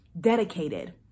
dedicated